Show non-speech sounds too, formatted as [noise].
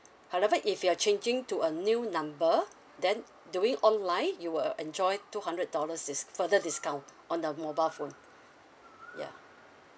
however if you're changing to a new number then doing it online you will enjoy two hundred dollars dis~ further discount on the mobile phone [breath] ya